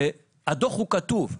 הדוח הוא כתוב.